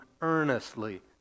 earnestly